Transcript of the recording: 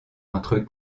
entre